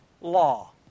law